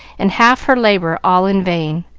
and half her labor all in vain.